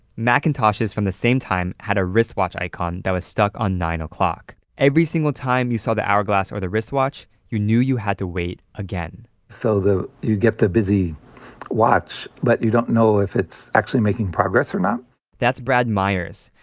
macintoshes from the same time had a wristwatch icon that was stuck on nine o clock. every single time you saw the hourglass or the wristwatch, you knew you had to wait again so, you get the busy watch, but you don't know if it's actually making progress or not that's brad myers.